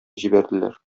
җибәрделәр